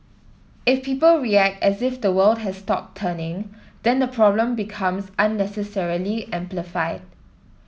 if people react as if the world has stopped turning then the problem becomes unnecessarily amplified